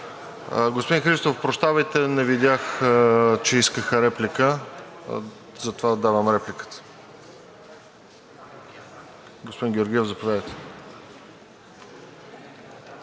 Господин Христов, прощавайте, не видях, че искаха реплика и затова давам репликата. Господин Георгиев, заповядайте.